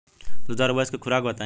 दुधारू भैंस के खुराक बताई?